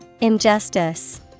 Injustice